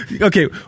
Okay